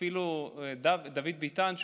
ואפילו דוד ביטן,